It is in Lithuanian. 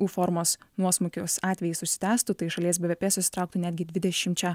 u formos nuosmukio atvejis užsitęstų tai šalies bvp susitrauktų netgi dvidešimčia